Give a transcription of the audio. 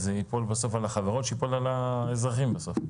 זה ייפול על החברות ואז זה ייפול על האזרחים בסוף?